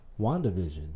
WandaVision